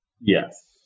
Yes